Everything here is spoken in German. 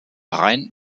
rein